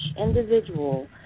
individual